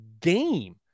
game